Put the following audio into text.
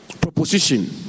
proposition